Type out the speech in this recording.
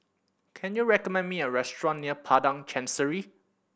can you recommend me a restaurant near Padang Chancery